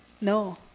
No